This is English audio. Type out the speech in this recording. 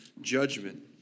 judgment